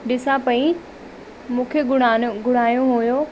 ॾिसां पई मूंखे गुणानो गुड़ाइणो हुओ